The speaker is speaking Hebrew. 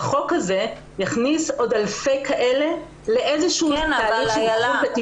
החוק הזה יכניס עוד אלפים כאלה לתהליך טיפול.